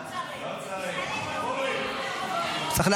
לא צריך, לא צריך.